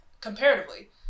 comparatively